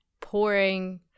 pouring